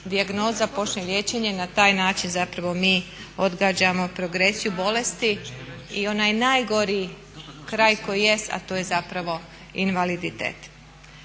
dijagnoza, počne liječenje na taj način zapravo mi odgađamo progresiju bolesti i onaj najgori kraj koji jest a to je zapravo invaliditet.